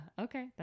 Okay